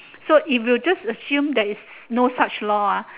so if you just assume there is no such law ah